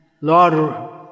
Lord